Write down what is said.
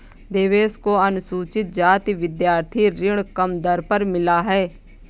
देवेश को अनुसूचित जाति विद्यार्थी ऋण कम दर पर मिला है